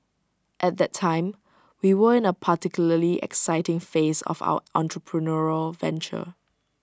at that time we were in A particularly exciting phase of our entrepreneurial venture